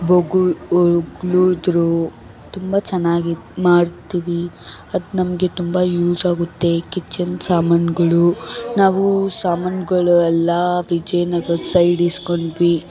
ಬೋಗು ಹೊಗಳಿದ್ರು ತುಂಬ ಚೆನ್ನಾಗಿ ಮಾಡ್ತೀವಿ ಅದು ನಮಗೆ ತುಂಬ ಯೂಸ್ ಆಗುತ್ತೆ ಕಿಚ್ಚನ್ ಸಾಮಾನುಗಳು ನಾವು ಸಾಮಾನುಗಳು ಎಲ್ಲ ವಿಜಯನಗರದ ಸೈಡ್ ಇಸ್ಕೊಂಡ್ವಿ